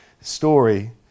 story